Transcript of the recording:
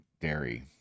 dairy